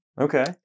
Okay